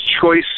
Choice